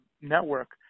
network